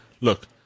look